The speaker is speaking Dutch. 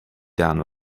daan